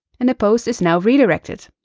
and the post is now redirected.